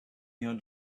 your